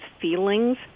feelings